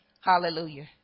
Hallelujah